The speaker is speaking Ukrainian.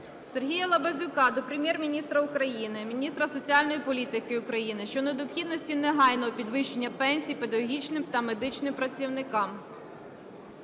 Сергія Лабазюка до Прем'єр-міністра України, міністра соціальної політики України щодо необхідності негайного підвищення пенсій педагогічним та медичним працівникам.